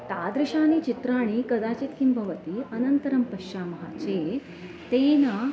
तादृशानि चित्राणि कदाचित् किं भवति अनन्तरं पश्यामः चे तेन